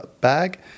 bag